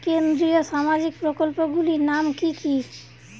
কেন্দ্রীয় সামাজিক প্রকল্পগুলি নাম কি কি?